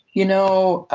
you know,